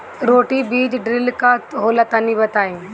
Roto बीज drill का होला तनि बताई?